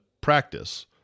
practice